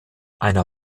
einer